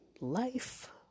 life